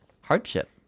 hardship